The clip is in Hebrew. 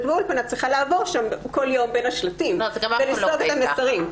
באולפנה צריכה לעבור שם כל יום בין השלטים ולקרוא את המסרים.